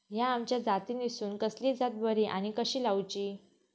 हया आम्याच्या जातीनिसून कसली जात बरी आनी कशी लाऊची?